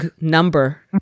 number